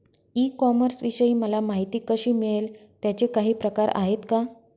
E कॉमर्सविषयी मला माहिती कशी मिळेल? त्याचे काही प्रकार आहेत का?